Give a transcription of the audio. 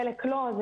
חלק לא,